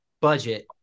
budget